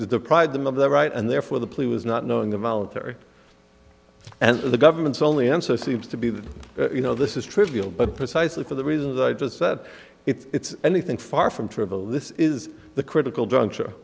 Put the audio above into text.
to deprive them of their right and therefore the plea was not knowing the voluntary and the government's only answer seems to be that you know this is trivial but precisely for the reasons i just said it's anything far from trivial this is the critical juncture